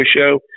show